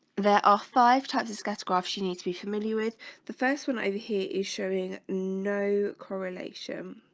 there are five types of gas graphs you need to be familiar with the first one over here is showing no correlation